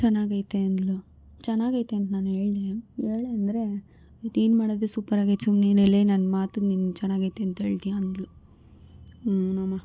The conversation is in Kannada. ಚೆನ್ನಾಗೈತೆ ಅಂದ್ಳು ಚೆನ್ನಾಗೈತೆ ಅಂತ ನಾನು ಹೇಳ್ದೆ ಹೇಳಿದ್ರೆ ನೀನು ಮಾಡಿದ್ರು ಸೂಪರಾಗಿ ನನ್ನ ಮಾತಿಗೆ ನೀನು ಚೆನ್ನಾಗೈತೆ ಅಂತ ಹೇಳ್ತೀಯ ಅಂದ್ಳು ಹ್ಞೂನಮ್ಮಾ